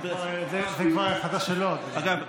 זו כבר החלטה שלו, אדוני.